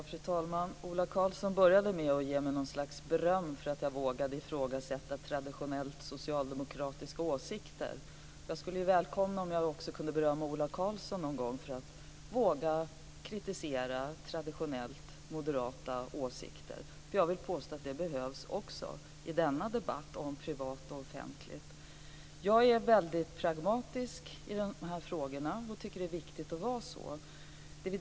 Fru talman! Ola Karlsson började med att ge mig något slags beröm för att jag vågade ifrågasätta traditionellt socialdemokratiska åsikter. Jag skulle välkomna om jag också kunde berömma Ola Karlsson någon gång för att våga kritisera traditionellt moderata åsikter. Jag vill påstå att det också behövs i denna debatt om privat och offentligt företagande. Jag är väldigt pragmatisk i de här frågorna. Jag tycker att det är viktigt att vara det.